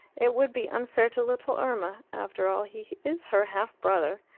it would be unfair to little irma after all, he is her half-brother.